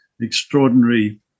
extraordinary